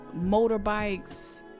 motorbikes